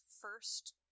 first